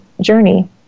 journey